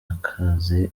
akazi